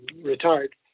retired